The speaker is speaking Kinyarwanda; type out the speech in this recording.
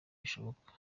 bishoboka